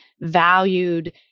valued